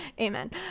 Amen